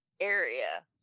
area